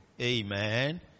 amen